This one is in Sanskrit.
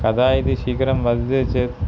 कदा इति शीघ्रं वदति चेत्